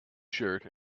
shirt